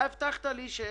הבטחת לי,